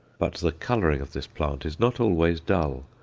but the colouring of this plant is not always dull.